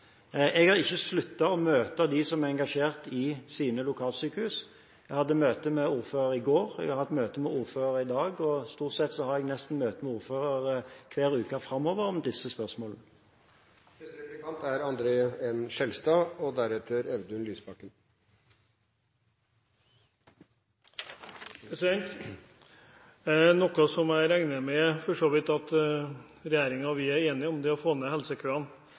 Jeg har ikke sluttet å møte folk som er engasjert i sine lokalsykehus. Jeg hadde møte med ordførere i går, og jeg har hatt møte med ordførere i dag, og jeg har møte med ordførere nesten hver uke framover om disse spørsmålene. Noe jeg regner med at regjeringen og vi er enige om, er å få ned helsekøene,